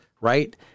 Right